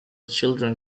children